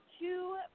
two